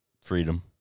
freedom